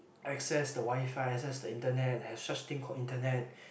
access the WiFi access the internet have such thing called the internet